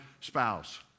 spouse